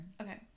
Okay